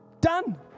Done